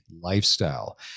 lifestyle